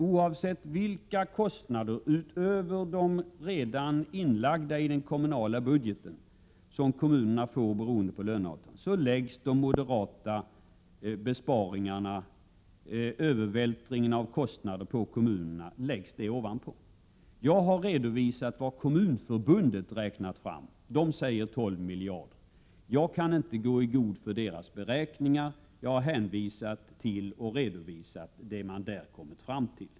Oavsett vilka kostnader, utöver dem som redan har lagts in i den kommunala budgeten, kommunerna får beroende på löneavtalen, läggs de moderata besparingarna, övervältringen av kostnader på kommunerna, ovanpå. Jag har redovisat vad Kommunförbundet har räknat fram, där säger man 12 miljarder. Jag kan inte gå i god för deras beräkningar. Jag har bara hänvisat till och redovisat det som man där har kommit fram till.